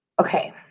okay